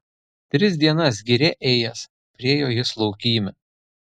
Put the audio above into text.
tris dienas giria ėjęs priėjo jis laukymę